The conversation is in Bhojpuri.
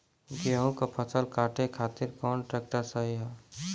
गेहूँक फसल कांटे खातिर कौन ट्रैक्टर सही ह?